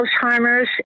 Alzheimer's